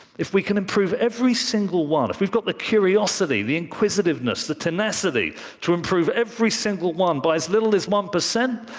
if we can improve every single one, if we've got the curiosity, the inquisitiveness, the tenacity to improve every single one by as little as one percent,